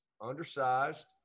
undersized